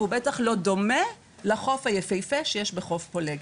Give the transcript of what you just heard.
והוא בטח לא דומה לחוף היפיפייה שיש בחוף פולג,